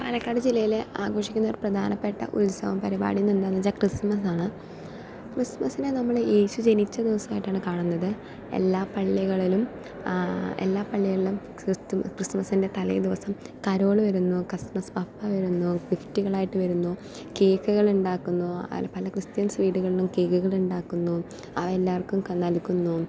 പാലക്കാട് ജില്ലയില് ആഘോഷിക്കുന്നൊരു പ്രധാനപ്പെട്ട ഉത്സവപരിപാടിന്താന്ന് വെച്ചാൽ ക്രിസ്മസാണ് ക്രിസ്മസിന് നമ്മള് യേശുജനിച്ച ദിവസായിട്ടാണ് കാണുന്നത് എല്ലാ പള്ളികളിലും എല്ലാപള്ളികളിലും ക്രിസ്മസിൻ്റെ തലേദിവസം കരോള് വരുന്നു ക്രിസ്ത്മസ് പപ്പ വരുന്നു ഗിഫ്റ്റുകളായിട്ട് വരുന്നു കേക്കുകൾണ്ടാക്കുന്നു പല ക്രിസ്ത്യൻസ് വീടുകളിലും കേക്കുകളുണ്ടാക്കുന്നു അവ എല്ലാവർക്കും നൽകുന്നു